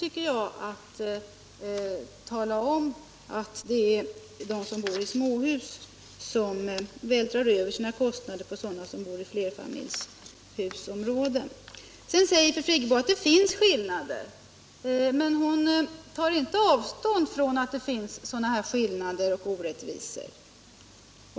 Om ökad rättvisa i att tala om att det är de som bor i småhus som vältrar över sina kostnader — fråga om boendepå sådana som bor i flerfamiljshus. kostnaderna vid Fru Friggebo säger att det finns skillnader, men hon tar inte avstånd = olika besittningsforfrån att det finns sådana skillnader och orättvisor.